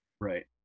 Right